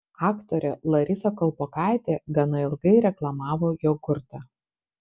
aktorė larisa kalpokaitė gana ilgai reklamavo jogurtą